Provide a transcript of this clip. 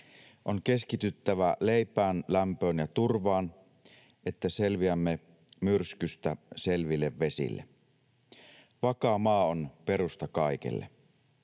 On keskityttävä leipään, lämpöön ja turvaan, että selviämme myrskystä selville vesille. Vakaa maa on perusta kaikelle.